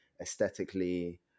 aesthetically